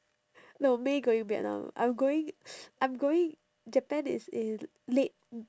no may going vietnam I am going I am going japan is in late